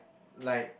like